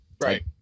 right